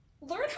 Learn